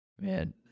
Man